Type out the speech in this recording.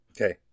Okay